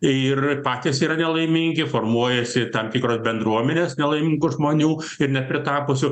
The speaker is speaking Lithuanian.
ir patys yra nelaimingi formuojasi tam tikros bendruomenės nelaimingų žmonių ir nepritapusių